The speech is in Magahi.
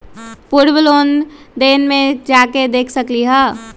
पूर्व लेन देन में जाके देखसकली ह?